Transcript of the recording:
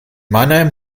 mannheim